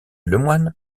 lemoine